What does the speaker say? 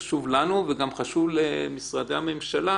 הוא חשוב לנו וגם חשוב למשרדי הממשלה,